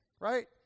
right